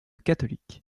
catholique